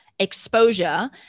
exposure